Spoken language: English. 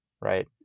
right